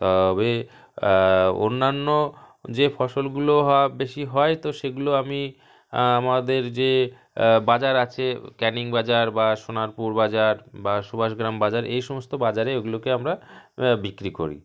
তবে অন্যান্য যে ফসলগুলো হ বেশি হয় তো সেগুলো আমি আমাদের যে বাজার আছে ক্যানিং বাজার বা সোনারপুর বাজার বা সুভাষগ্রাম বাজার এই সমস্ত বাজারে ওগুলোকে আমরা বিক্রি করি